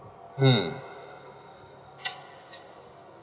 mm